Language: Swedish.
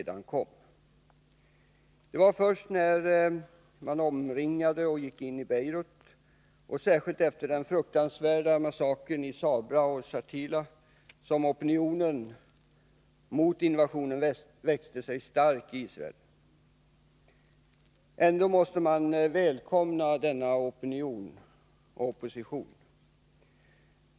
Det var först när man omringade och gick in i Beirut, särskilt efter den fruktansvärda massakern i Sabra och Shatila, som opinionen mot invasionen växte sig stark i Israel. Ändå måste man välkommna denna opinion och opposition.